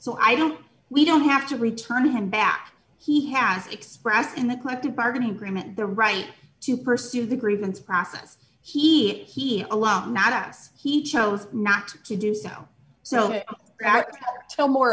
so i don't we don't have to return him back he has expressed in the collective bargaining agreement the right to pursue the grievance process he he alone not us he chose not to do so so tell more